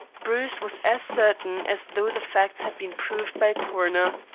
bruce was as certain as though the facts had been proved by a coroner.